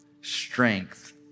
strength